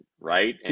right